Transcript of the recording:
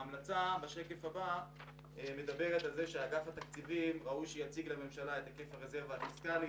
ההמלצה שלנו היא שאגף התקציבים להציג לממשלה את היקף הרזרבה הפיסקלית